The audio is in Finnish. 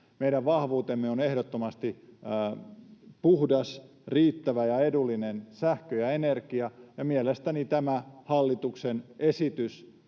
Meidän vahvuutemme on ehdottomasti puhdas, riittävä ja edullinen sähkö ja energia, ja mielestäni tämä hallituksen esitys